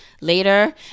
later